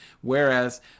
whereas